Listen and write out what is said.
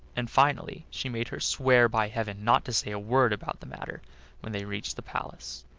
and finally she made her swear by heaven not to say a word about the matter when they reached the palace